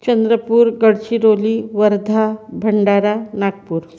Chandrapur Gadchiroli Wardha Bhandara Nagpur